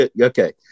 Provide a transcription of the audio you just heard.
Okay